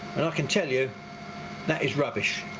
can tell you that is rubbish.